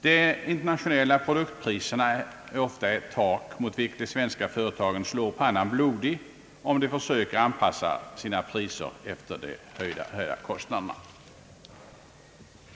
De internationella produktpriserna är ofta en vägg, mot vilken de svenska företagen slår pannan blodig, om de försöker anpassa sina priser efter de höga kostnaderna.